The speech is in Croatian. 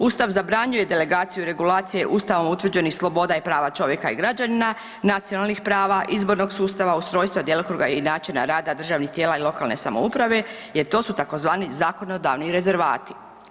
Ustav zabranjuje delegaciju regulacije Ustavom utvrđenih sloboda i prava čovjeka i građana, nacionalnih prava, izbornog sustava, ustrojstva i djelokruga i načina rada državnih tijela i lokalne samouprave jer to su tzv. zakonodavni rezervati.